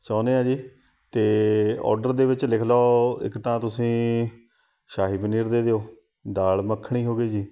ਚਾਹੁੰਦੇ ਹਾਂ ਜੀ ਅਤੇ ਔਡਰ ਦੇ ਵਿੱਚ ਲਿਖ ਲਉ ਇੱਕ ਤਾਂ ਤੁਸੀਂ ਸ਼ਾਹੀ ਪਨੀਰ ਦੇ ਦਿਉ ਦਾਲ ਮੱਖਣੀ ਹੋ ਗਈ ਜੀ